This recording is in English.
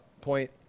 point